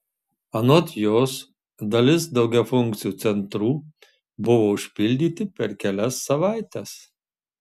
anot jos dalis daugiafunkcių centrų buvo užpildyti per kelias savaites